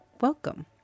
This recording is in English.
Welcome